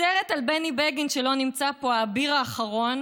סרט על בני בגין, שלא נמצא פה: האביר האחרון,